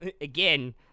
Again